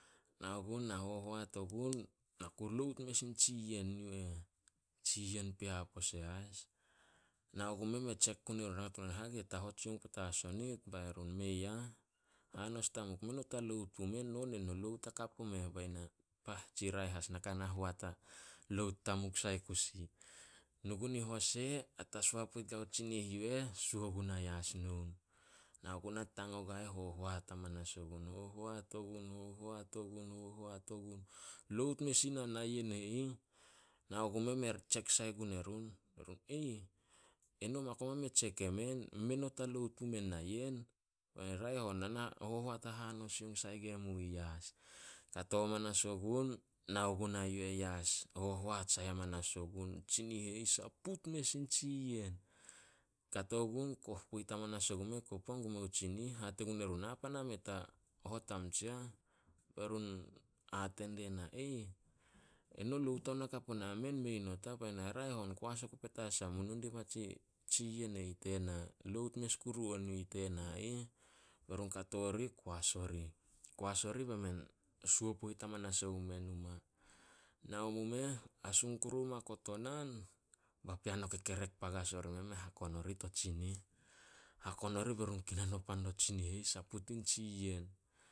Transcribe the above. Nao gun na hohoat ogun. Na ku lout mes in tsi yen yu eh. Tsi yen pea pose as. Nao gume me tsek gun erun. Rangat gun erun, "Hage ta hot soung petas o nit?" Bai run, "Mei ah. Hanos tamup, mei not a lout pumen, no nen lout hakap omeh." Bai na, "Pah, tsi raeh as na ka na hoat halout tamup sai kusi." Nu gun in hose, hatasoa poit guao tsinih yu eh suo guna yas noun. Nao gunah tang ogua eh, hohoat amanas ogun. Hohoat ogun- hohoat ogun- hohoat ogun, lout mes ina na yen e ih. Nao gumeh, me tsek sai gun erun. "Eno ma koma me tsek emen. Mei not a lout pumen na yen." Bai na, "Raeh on na na hohoat hahanos soung sai gue mu ih yas." Kato manas ogun, nao guna yu eh i yas. Hohoat sai hamanas gun. Tsinih e ih saput mes in tsi yen. Kato gun koh poit amanas ogumeh kopu hangum meo tsinih. Hate gun erun, "Na pan a meh ta hot am tsiah." Be run hate die na, "Eno lout anun akap onah, men mei not ah." Bai na, "Raeh on koas oku petas am, mu nu diba tsi- tsi yen e ih tena, lout mes kuru on yu ih tena ih." Be run kato rih koas orih. Koas orih be men suo poit amanas o mu meh numa. Nao mu meh, hasung kuru omai kotonan, papean o kekerek pagas ori meh me hakon orih to tsinih. Hakon orih be run tara pan dio tsinih e ih saput in tsi yen.